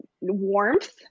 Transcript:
warmth